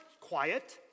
quiet